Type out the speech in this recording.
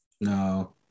No